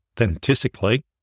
authentically